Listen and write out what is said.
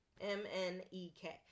M-N-E-K